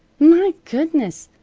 my goodness!